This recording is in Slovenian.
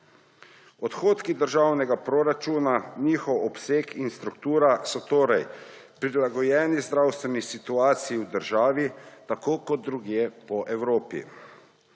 Odhodki državnega proračuna, njihov obseg in struktura so torej prilagojeni zdravstveni situaciji v državi tako kot drugje po Evropi.